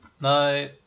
No